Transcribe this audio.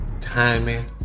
timing